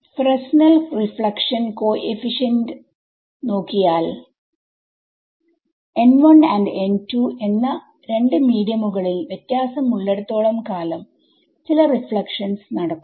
Fresnel reflection കോഎഫിഷിയന്റലേക്ക് നോക്കിയാൽ and എന്ന രണ്ട് മീഡിയമുകളിൽ വ്യത്യാസം ഉള്ളിടത്തോളം കാലംചില റീഫ്ലക്ഷൻസ് നടക്കും